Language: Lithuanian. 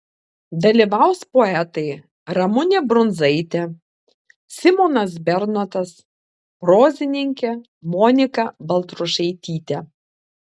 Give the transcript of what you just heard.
dalyvaus poetai ramunė brundzaitė simonas bernotas prozininkė monika baltrušaitytė